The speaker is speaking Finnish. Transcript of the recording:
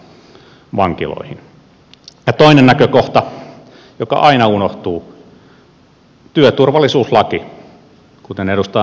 toinen näkökohta joka aina unohtuu on työturvallisuuslaki kuten edustaja mäntymaa sanoi